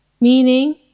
Meaning